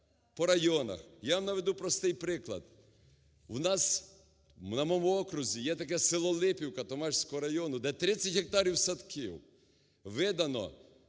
по районах. Я вам наведу простий приклад. У нас, на моєму окрузі, є таке село Липівка Томашпільського району, де 30 гектарів садків видано.